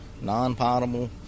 non-potable